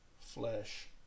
flesh